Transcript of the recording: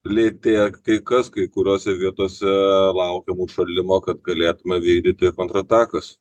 lėtėja kai kas kai kuriose vietose laukiam užšalimo kad galėtume vykdyti kontratakas